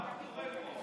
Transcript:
מה קורה פה?